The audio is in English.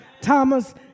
Thomas